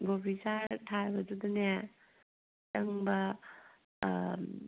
ꯀꯣꯕꯤ ꯆꯥꯔ ꯊꯥꯕꯗꯨꯗꯅꯦ ꯆꯪꯕ